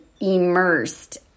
immersed